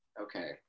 okay